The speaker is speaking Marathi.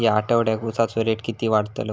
या आठवड्याक उसाचो रेट किती वाढतलो?